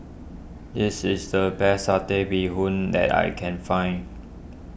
this is the best Satay Bee Hoon that I can find